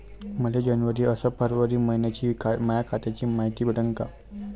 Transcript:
मले जनवरी अस फरवरी मइन्याची माया खात्याची मायती भेटन का?